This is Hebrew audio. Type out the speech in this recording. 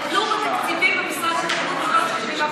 הם גדלו בתקציבים ממשרד התרבות,